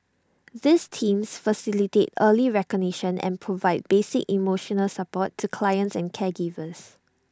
these teams facilitate early recognition and provide basic emotional support to clients and caregivers